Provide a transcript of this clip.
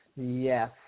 yes